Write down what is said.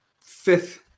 fifth